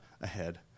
ahead